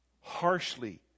harshly